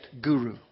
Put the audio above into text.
guru